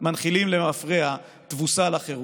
/ מנחילים למפרע תבוסה לחירות."